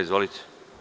Izvolite.